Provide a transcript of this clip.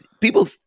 People